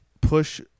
push